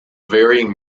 varying